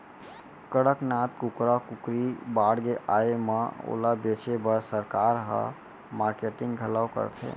कड़कनाथ कुकरा कुकरी बाड़गे आए म ओला बेचे बर सरकार ह मारकेटिंग घलौ करथे